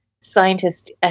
scientist